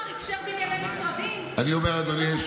חשב על המחר, אפשר בנייני משרדים, מורכב יותר מזה,